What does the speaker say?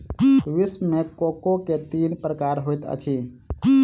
विश्व मे कोको के तीन प्रकार होइत अछि